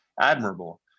admirable